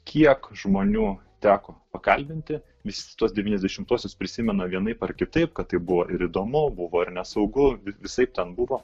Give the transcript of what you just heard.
kiek žmonių teko pakalbinti visus tuos devyniasdešimtuosius prisimena vienaip ar kitaip kad tai buvo ir įdomu buvo ir nesaugu visaip ten buvo